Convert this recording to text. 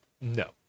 No